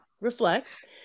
reflect